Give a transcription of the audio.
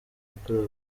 yakorewe